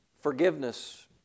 forgiveness